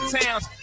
towns